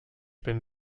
bin